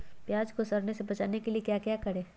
प्याज को सड़ने से बचाने के लिए क्या करें?